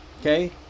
Okay